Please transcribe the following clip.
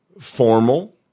formal